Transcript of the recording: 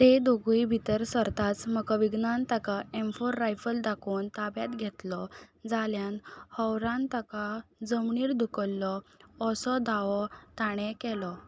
ते दोगूय भितर सरताच मकविगनान ताका एमफो रायफल दाखोवन ताब्यांत घेतलो जाल्यान हवरान ताका जमनीर धुकल्लो असो दावो तांणे केलो